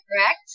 correct